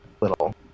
little